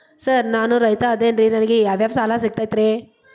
Sir ನಾನು ರೈತ ಅದೆನ್ರಿ ನನಗ ಯಾವ್ ಯಾವ್ ಸಾಲಾ ಸಿಗ್ತೈತ್ರಿ?